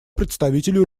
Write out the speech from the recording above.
представителю